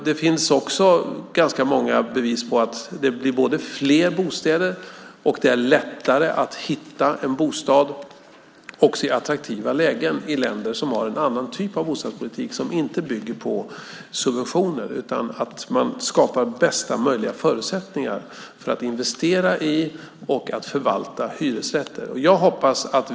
Det finns ganska många bevis på att det både blir fler bostäder och är lättare att hitta en bostad, också i attraktiva lägen, i länder som har en annan typ av bostadspolitik som inte bygger på subventioner utan på att det skapas bästa möjliga förutsättningar för att investera i och förvalta hyresrätter.